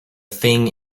thing